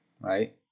right